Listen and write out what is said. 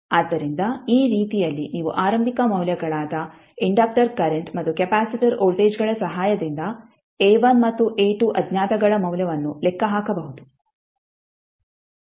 ಆದ್ದರಿಂದ ಈ ರೀತಿಯಲ್ಲಿ ನೀವು ಆರಂಭಿಕ ಮೌಲ್ಯಗಳಾದ ಇಂಡಕ್ಟರ್ ಕರೆಂಟ್ ಮತ್ತು ಕೆಪಾಸಿಟರ್ ವೋಲ್ಟೇಜ್ ಗಳ ಸಹಾಯದಿಂದ A1 ಮತ್ತು A2 ಅಜ್ಞಾತಗಳ ಮೌಲ್ಯವನ್ನು ಲೆಕ್ಕ ಹಾಕಬಹುದು